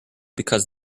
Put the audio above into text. because